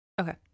Okay